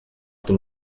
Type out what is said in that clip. dem